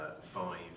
five